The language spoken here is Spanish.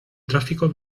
tráfico